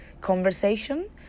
conversation